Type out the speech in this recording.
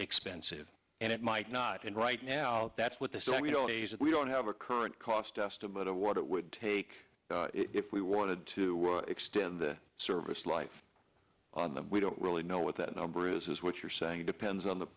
expensive and it might not and right now that's what the so we don't we don't have a current cost estimate of what it would take if we wanted to extend the service life we don't really know what that number is is what you're saying it depends on the